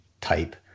type